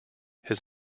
his